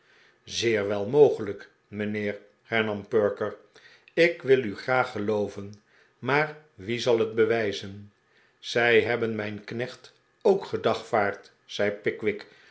zeer wel mogelijk mijnheer hernam perker ik wil u graag gelooven maar wie zal het bewijzen zij hebben mijn knecht ook gedagvaard zei pickwick